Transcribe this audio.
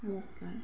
নমস্কাৰ